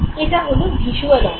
এটা হলো ভিজ্যুয়াল অংশ